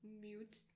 mute